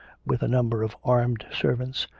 with a number of armed servants,